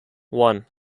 one